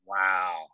Wow